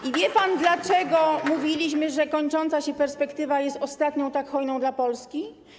I wie pan, dlaczego mówiliśmy, że kończąca się perspektywa jest ostatnią tak hojną dla Polski?